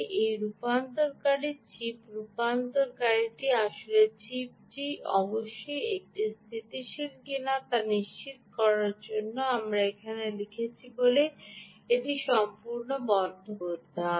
এই রূপান্তরকারী চিপ রূপান্তরকারীটি আসলে চিপটি অবশ্যই একটি স্থিতিশীল কিনা তা নিশ্চিত করার জন্য আমি এখানে এখানে লিখেছি বলে একটি সম্পূর্ণ বন্ধ করতে হবে